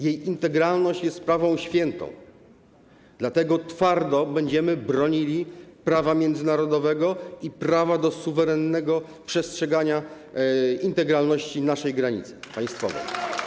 Jej integralność jest sprawą świętą, dlatego twardo będziemy bronili prawa międzynarodowego i prawa do suwerennego przestrzegania integralności naszej granicy państwowej.